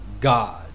God